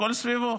הכול סביבו.